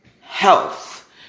health